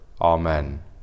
Amen